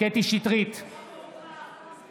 קטי קטרין שטרית,